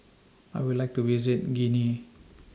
I Would like to visit Guinea